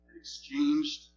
exchanged